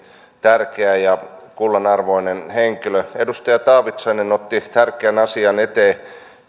tärkeä ja kullanarvoinen henkilö edustaja taavitsainen otti tärkeän asian esille